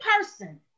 person